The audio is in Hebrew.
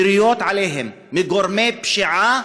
יריות עליהם מגורמי פשיעה,